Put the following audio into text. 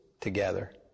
together